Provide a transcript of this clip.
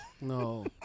No